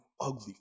ugly